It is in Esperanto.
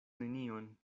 nenion